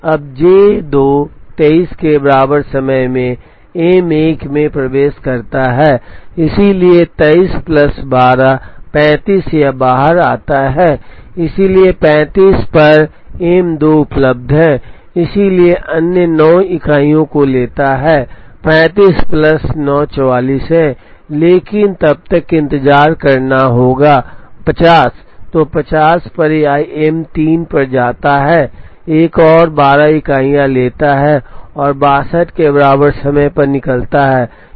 अब J 2 23 के बराबर समय में M 1 में प्रवेश करता है इसलिए 23 plus 12 35 यह बाहर आता है इसलिए 35 पर M 2 उपलब्ध है इसलिए अन्य 9 इकाइयों को लेता है 35 plus 9 44 है लेकिन तब तक इंतजार करना होगा 50 तो 50 पर यह एम 3 पर जाता है एक और 12 इकाइयाँ लेता है और 62 के बराबर समय पर निकलता है